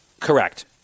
Correct